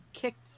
kicked